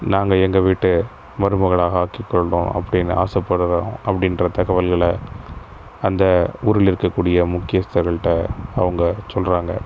நாங்கள் எங்கள் வீட்டு மருமகளாக ஆக்கிக் கொள்கிறோம் அப்படின்னு ஆசைப்படுகிறோம் அப்படின்ற தகவல்களை அந்த ஊரில் இருக்கக்கூடிய முக்கியஸ்தர்கள்கிட்ட அவங்க சொல்லுறாங்க